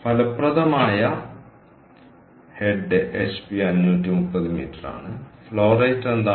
ഫലപ്രദമായ head HP 530 metre ആണ് flow rate എന്താണ്